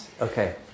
Okay